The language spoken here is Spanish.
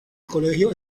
colegio